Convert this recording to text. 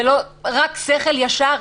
זה לא רק שכל ישר?